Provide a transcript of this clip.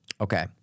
Okay